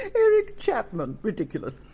eric chapman! ridiculous!